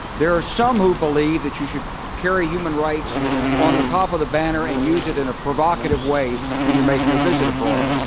there are some who believe that you should carry human rights on the top of the banner and use it in a provocative way when you're making a visit abroad.